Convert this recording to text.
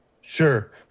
sure